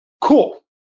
Cool